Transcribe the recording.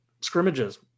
scrimmages